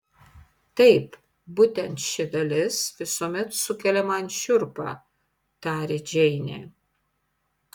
taip būtent ši dalis visuomet sukelia man šiurpą tarė džeinė